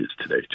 today